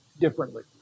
Differently